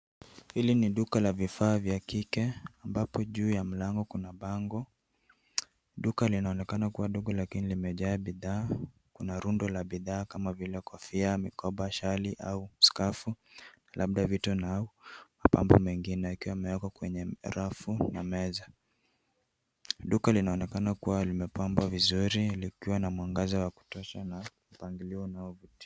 Hili ni duka la vifaa vya kike ambapo juu kuna bango. Duka linaonekana kuwa ndogo lakini limejaa bidhaa. Kuna rundo la bidhaa kama vile kofia, mikoba. shali au skafu labda vitu na mapambo mengine yakiwa yameekwa kwenye rafu na meza. Duka linaonekana kuwa limepambwa vizrui likiwa na mwangaza wa kutosha na mpangilio unaovutia.